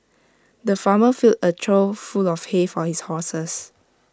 the farmer filled A trough full of hay for his horses